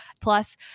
Plus